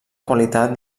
qualitat